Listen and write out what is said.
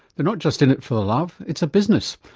they're not just in it for the love, it's a business.